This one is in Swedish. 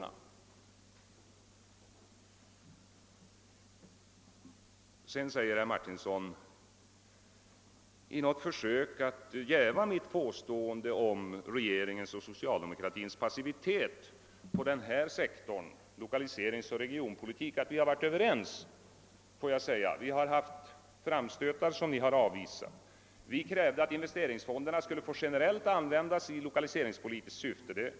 Det var en skrift som sjöng koncentrationens höga visa. Herr Martinsson försökte jäva mitt påstående om regeringens och socialdemokratins passivitet när det gäller lokaliseringsoch regionpolitik genom att hävda att vi har varit överens. Låt mig då erinra om att vi gjort framstötar som ni har avvisat. Vi krävde att investeringsfonderna generellt skulle få användas i lokaliseringspolitiskt syfte.